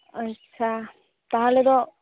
ᱟᱪᱪᱷᱟ ᱛᱟᱦᱚᱞᱮ ᱫᱚ